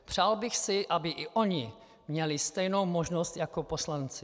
Přál bych si, aby i oni měli stejnou možnost jako poslanci.